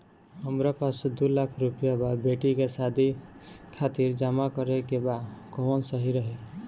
हमरा पास दू लाख रुपया बा बेटी के शादी खातिर जमा करे के बा कवन सही रही?